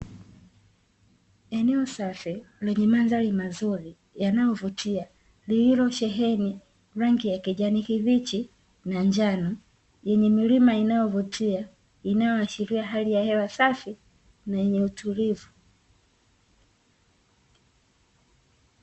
Eneo safi lenye mandhari mazuri yanayovutia lililosheheni rangi ya kijani kibichi, na njano yenye milima inayovutia hali ya hewa safi na yenye utulivu.